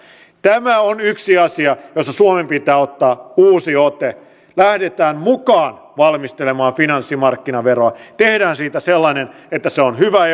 tämä on yksi asia jossa suomen pitää ottaa uusi ote lähdetään mukaan valmistelemaan finanssimarkkinaveroa tehdään siitä sellainen että se on hyvä